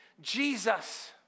Jesus